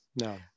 no